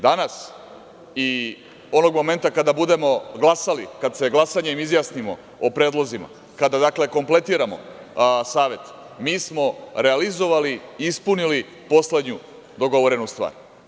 Danas i onog momenta kada budemo glasali, kad se glasanjem izjasnimo o predlozima, kada kompletiramo Savet, mi smo realizovali, ispunili poslednju dogovorenu stvar.